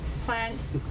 plants